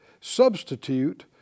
substitute